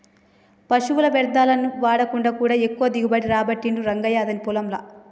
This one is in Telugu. పశువుల వ్యర్ధాలను వాడకుండా కూడా ఎక్కువ దిగుబడి రాబట్టిండు రంగయ్య అతని పొలం ల